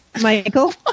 Michael